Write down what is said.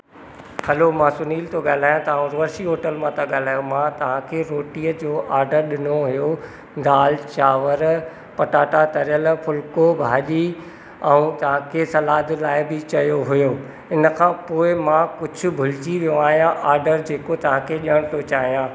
हलो मां सुनील थो ॻाल्हायां तव्हां उर्वषी होटल मां था ॻाल्हायो मां तव्हां खे रोटीअ जो ऑडर ॾिनो हुयो दाल चांवर पटाटा तरियल फुलको भाॼी ऐं तव्हां खे सलाद लाइ बि चयो हुयो इन खां पोइ मां कुझु भुलिजी वियो आहियां ऑडर जेको तव्हां खे ॾियण थो चाहियां